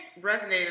resonated